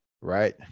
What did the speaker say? right